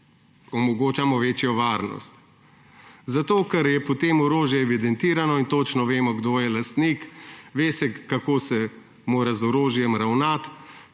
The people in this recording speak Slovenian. omogočamo večjo varnost, ker je potem orožje evidentirano in točno vemo kdo je lastnik, ve se, kako se mora z orožjem ravnati.